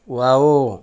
wow